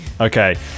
okay